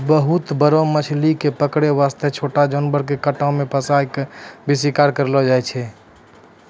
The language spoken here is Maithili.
बहुत बड़ो मछली कॅ पकड़ै वास्तॅ छोटो जानवर के कांटा मॅ फंसाय क भी शिकार करलो जाय छै